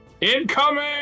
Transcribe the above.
Incoming